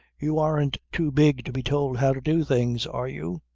you aren't too big to be told how to do things are you?